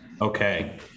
Okay